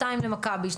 שניים למכבי,